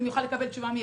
יוכל לקבל תשובה מיידית.